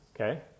Okay